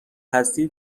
هستی